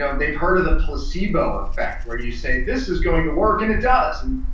so they've heard of the placebo effect. where you say this is going to work and it does. and